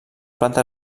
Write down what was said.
planta